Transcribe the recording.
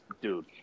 dude